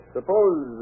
Suppose